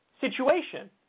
situation